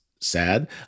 sad